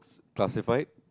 classified